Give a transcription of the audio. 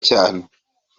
cyane